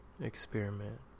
experiment